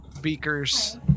beakers